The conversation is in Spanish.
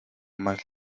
más